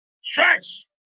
stretch